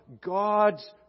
God's